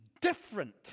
different